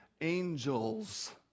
angels